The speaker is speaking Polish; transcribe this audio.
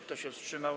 Kto się wstrzymał?